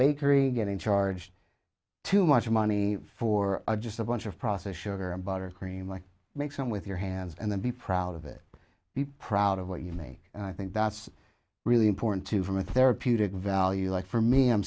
bakery getting charged too much money for just a bunch of processed sugar and butter cream like make some with your hands and then be proud of it be proud of what you make and i think that's really important too from a therapeutic value like for me i'm